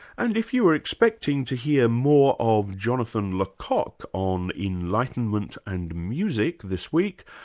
and if you were expecting to hear more of jonathan le coq on enlightenment and music this week,